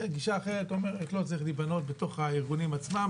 וגישה אחרת אומרת שצריך לבנות בתוך הארגונים עצמם